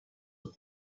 have